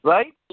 Right